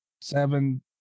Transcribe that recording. seven